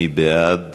מי בעד